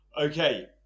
Okay